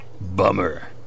bummer